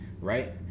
right